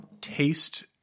taste –